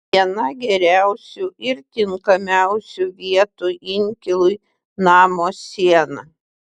viena geriausių ir tinkamiausių vietų inkilui namo siena